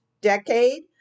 decade